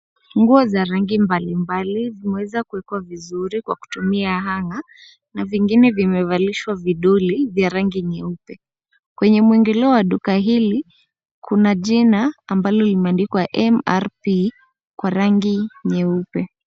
Nguo za rangi mbalimbali, zimeweza kuwekwa vizuri kwa kutumia hanger na vingine vimevalishwa vidoli vya rangi nyeupe .Kwenye muingilio wa duka hili, kuna jina ambalo limeandikwa MRP kwa rangi nyeupe.